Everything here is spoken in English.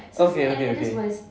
okay okay okay